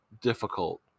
difficult